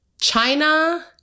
China